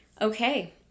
Okay